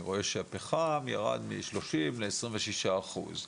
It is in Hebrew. אני רוצה שהפחם ירד משלושים לעשרים ושישה אחוז,